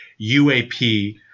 UAP –